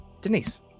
Denise